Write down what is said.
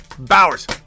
Bowers